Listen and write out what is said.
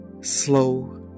slow